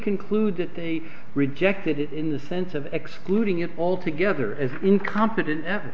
conclude that they rejected it in the sense of excluding it altogether as incompetent